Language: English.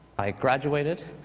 i graduated.